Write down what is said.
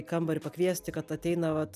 į kambarį pakviesti kad ateina vat